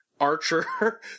Archer